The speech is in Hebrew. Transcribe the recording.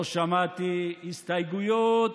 לא שמעתי הסתייגויות.